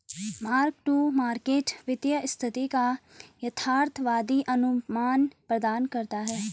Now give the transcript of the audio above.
mark to market वित्तीय स्थिति का यथार्थवादी अनुमान प्रदान करता है